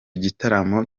gitaramo